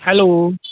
hello